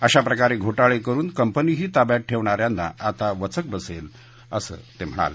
अशाप्रकारे घोटाळे करुन कंपनीही ताब्यात ठेवणा यांना आता वचक बसेल असंही ते म्हणाले